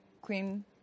queen